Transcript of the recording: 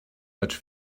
much